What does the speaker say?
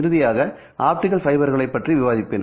இறுதியாக ஆப்டிகல் ஃபைபர்களைப் பற்றி விவாதிப்பேன்